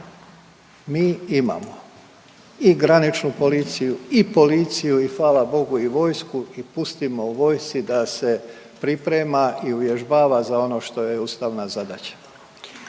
mi imamo i graničnu policiju i policiju i fala Bogu i vojsku i pustimo vojsci da se priprema i uvježbava za ono što joj je ustavna zadaća.